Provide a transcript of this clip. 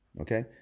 Okay